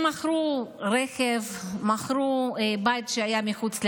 הם מכרו את הרכב, מכרו בית שהיה מחוץ לעיר,